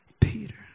Peter